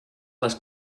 les